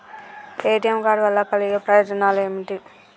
ATM card వల్ల కలిగే ప్రయోజనాలు ఏమిటి?